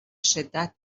شدت